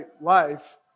life